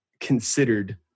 considered